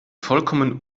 vollkommen